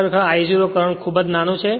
ખરેખર આ I0 current ખૂબ નાનો છે